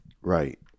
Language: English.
Right